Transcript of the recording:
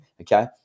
okay